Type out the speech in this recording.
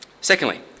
Secondly